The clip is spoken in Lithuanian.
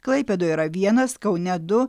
klaipėdoj yra vienas kaune du